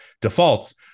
defaults